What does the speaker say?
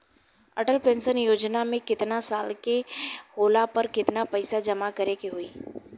Atal pension Yojana मे केतना साल के होला पर केतना पईसा जमा करे के होई?